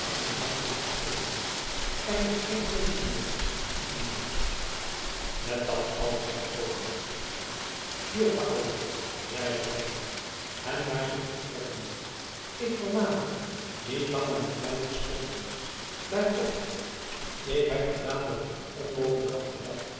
in de mijne versmolten er is geen keuze meer tusschen hem en mij met dat al zeide de kokeler hier paolo zeide reinout hem naar zich toe trekkende ik vermaan u niet langer met mij te spotten bij god ik heb gedaan wat ik onmogelijk had gedacht